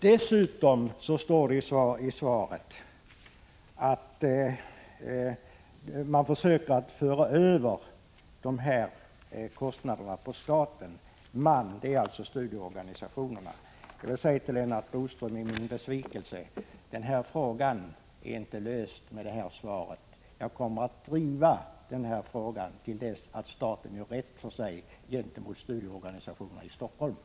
Dessutom sägs det i svaret att man försöker att föra över kostnaderna på staten, dvs. att studieorganisationerna skulle göra det. Jag vill säga till Lennart Bodström i min besvikelse: Den här frågan är inte löst med detta svar. Jag kommer att driva frågan till dess att staten gör rätt för sig gentemot studieorganisationerna i Helsingfors.